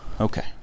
Okay